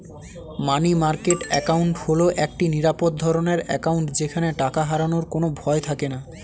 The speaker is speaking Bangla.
মানি মার্কেট অ্যাকাউন্ট হল একটি নিরাপদ ধরনের অ্যাকাউন্ট যেখানে টাকা হারানোর কোনো ভয় থাকেনা